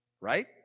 right